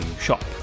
shop